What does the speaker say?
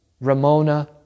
Ramona